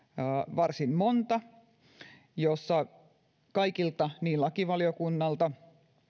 varsin monta joista kaikilta niin lakivaliokunnalta